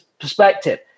perspective